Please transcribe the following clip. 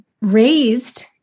raised